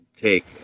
take